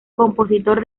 compositor